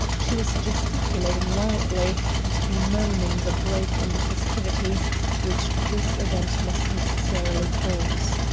she was gesticulating wildly and bemoaning the break in the festivities which this event must necessarily cause.